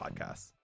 podcasts